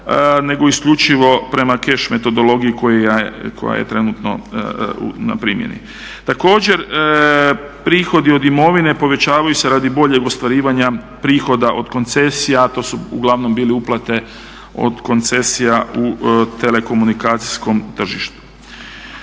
nego isključivo prema cash metodologiji koja je trenutno na primjeni. Također prihodi od imovine povećavaju se radi boljeg ostvarivanja prihoda od koncesija, a to uglavnom bile uplate od koncesija u telekomunikacijskom tržištu.